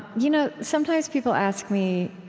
you know sometimes people ask me